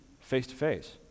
face-to-face